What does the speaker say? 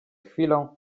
chwilą